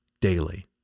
daily